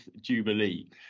jubilee